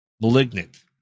malignant